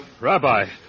Rabbi